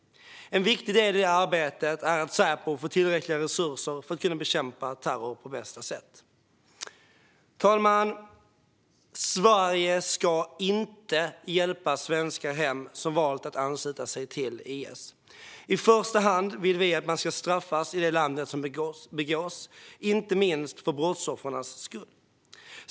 En viktig del i det arbetet är att Säpo får tillräckliga resurser för att kunna bekämpa terror på bästa sätt. Fru talman! Sverige ska inte hjälpa svenskar hem som valt att ansluta sig till IS. I första hand vill vi att man ska straffas i det land där brottet begåtts, inte minst för brottsoffrens skull.